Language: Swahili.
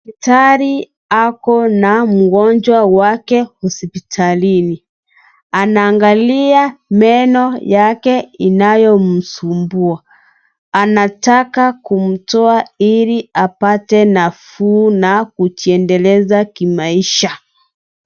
Daktari ako na mgonjwa wake hospitalini. Anaangalia meno yake inayomsumbua. Anataka kumtoa ili apate nafuu na kujiendeleza kimaisha.